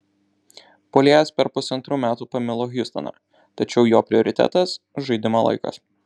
puolėjas per pusantrų metų pamilo hjustoną tačiau jo prioritetas žaidimo laikas